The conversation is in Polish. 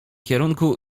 kierunku